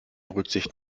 rücksicht